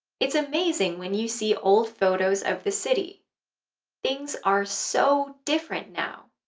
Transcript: it's amazing when you see old photos of the city things are so different now!